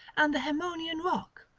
and the haemonian rock,